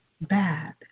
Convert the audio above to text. bad